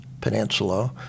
peninsula